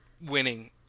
winning